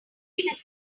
decided